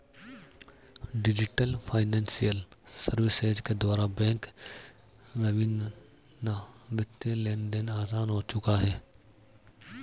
diesel financial services के द्वारा bank रवीना वित्तीय लेनदेन आसान हो चुका है